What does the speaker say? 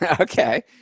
Okay